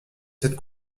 cette